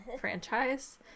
franchise